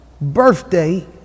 birthday